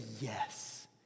yes